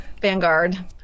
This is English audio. vanguard